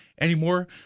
anymore